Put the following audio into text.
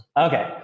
Okay